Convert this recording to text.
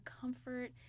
comfort